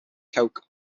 coke